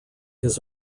his